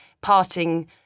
parting